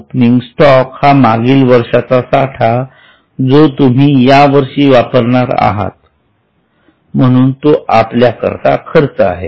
opening stock हा मागील वर्षाचा साठा जो तुम्ही यावर्षी वापरणार आहात म्हणून तो आपल्याकरता खर्च आहे